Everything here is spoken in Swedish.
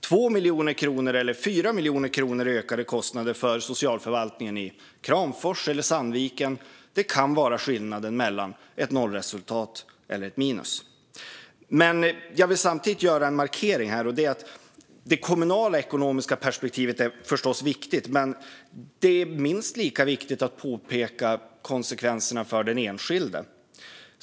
2 miljoner kronor eller 4 miljoner kronor i ökade kostnader för socialförvaltningen i Kramfors eller Sandviken kan vara skillnaden mellan ett nollresultat eller att hamna på minus. Jag vill samtidigt göra en markering. Det kommunala ekonomiska perspektivet är förstås viktigt. Men det är minst lika viktigt att peka på konsekvenserna för den enskilde.